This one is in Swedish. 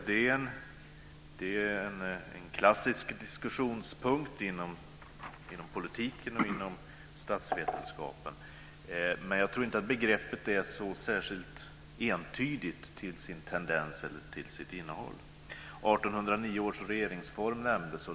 Det är en klassisk diskussionspunkt inom politiken och inom statsvetenskapen, men jag tror inte att begreppet är särskilt entydigt till sitt innehåll. 1809 års regeringsform nämndes.